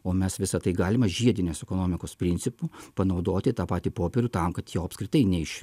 o mes visa tai galima žiedinės ekonomikos principu panaudoti tą patį popierių tam kad jo apskritai neiš